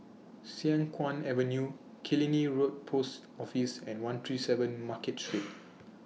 Siang Kuang Avenue Killiney Road Post Office and one three seven Market Street